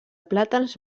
plàtans